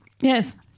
yes